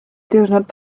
diwrnod